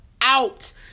out